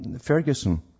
Ferguson